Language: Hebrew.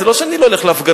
זה לא שאני לא הולך להפגנות,